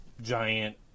giant